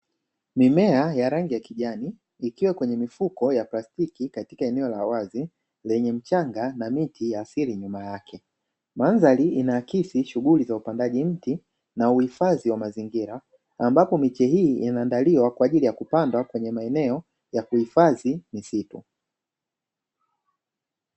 Mimea ya rangi ya kijani ikiwa kwenye mifuko ya plastiki katika eneo la wazi lenye mchanga na miti ya asili nyuma yake. Mandhari inaakisi shughuli za upandaji miti na uhifadhi wa mazingira ambapo miche hii inaandaliwa kwa ajili ya kupanda kwenye maeneo ya kuhifadhi misitu.